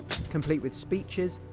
complete with speeches,